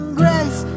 grace